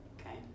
Okay